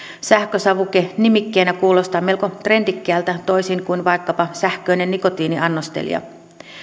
sähkösavuke nimikkeenä kuulostaa melko trendikkäältä toisin kuin vaikkapa sähköinen nikotiiniannostelija